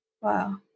wow